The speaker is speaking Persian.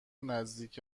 نزدیک